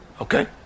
Okay